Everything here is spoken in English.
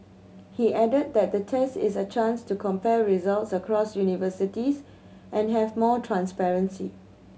he added that the test is a chance to compare results across universities and have more transparency